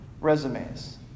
resumes